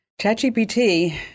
ChatGPT